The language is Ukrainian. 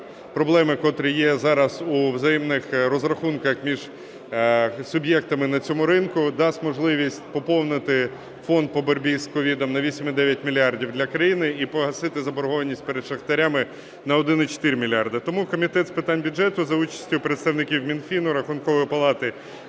проблеми, котрі є зараз у взаємних розрахунках між суб'єктами на цьому ринку, дасть можливість поповнити Фонд по боротьбі з COVID на 8,9 мільярда для країни і погасити заборгованість перед шахтарями на 1,4 мільярда. Тому Комітет з питань бюджету за участю представників Мінфіну, Рахункової палати,